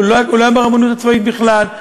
הוא לא היה ברבנות הצבאית בכלל.